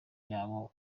yabo